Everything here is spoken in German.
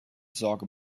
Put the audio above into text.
sorge